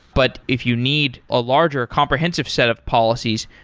but if you need a larger comprehensive set of policies,